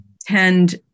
tend